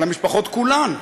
על המשפחות כולן.